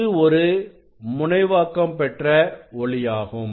இது ஒரு முனைவாக்கம் பெற்ற ஒளியாகும்